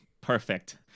Perfect